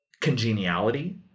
congeniality